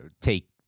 take